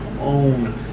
own